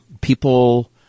people